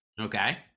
Okay